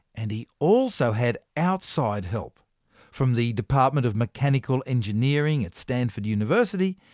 and he also had outside help from the department of mechanical engineering at stanford university,